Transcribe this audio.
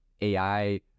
AI